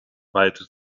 weiter